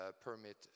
permit